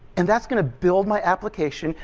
and that's going to build my application,